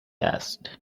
asked